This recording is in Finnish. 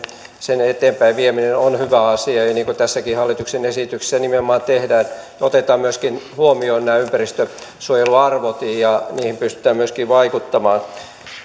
sen eteenpäinvieminen on hyvä asia ja niin kuin tässäkin hallituksen esityksessä nimenomaan tehdään otetaan huomioon myöskin nämä ympäristönsuojeluarvot ja niihin pystytään myöskin vaikuttamaan liittyen